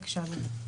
בבקשה בן ארי.